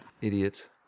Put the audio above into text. Idiots